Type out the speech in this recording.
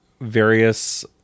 various